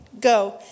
go